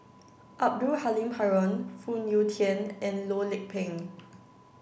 abdul Halim Haron Phoon Yew Tien and Loh Lik Peng